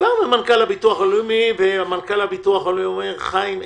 דיברנו עם מנכ"ל הביטוח הלאומי שאמר: חיים,